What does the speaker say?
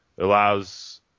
allows